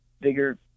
bigger